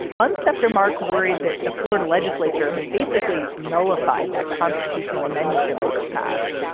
months after mark worried that the florida legislature had basically nullified that constitutional amendment, the voters passed,